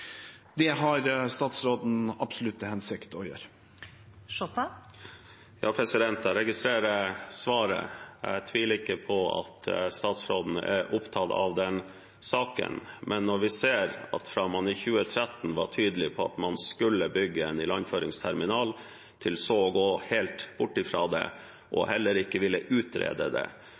Det har statsråden absolutt til hensikt å gjøre. Jeg registrerer svaret. Jeg tviler ikke på at statsråden er opptatt av denne saken, men når vi ser at man i 2013 var tydelig på at man skulle bygge en ilandføringsterminal, til så å gå helt bort fra det og heller ikke ville utrede det,